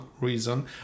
reason